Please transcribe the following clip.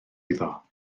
iddo